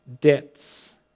debts